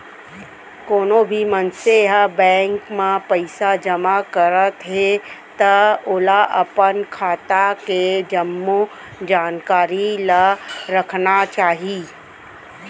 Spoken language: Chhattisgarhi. कोनो भी मनसे ह बेंक म पइसा जमा करत हे त ओला अपन खाता के के जम्मो जानकारी ल राखना चाही